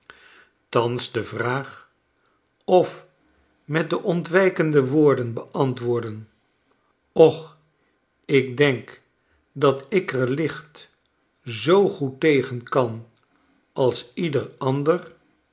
thans de vraag of met de ontwijkende woorden beantwoordden och ik denk dat ik er licht zoo goed tegen kan als ieder ander